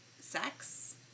sex